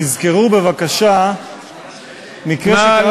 תזכרו בבקשה מקרה שקרה בירושלים.